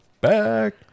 back